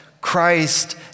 Christ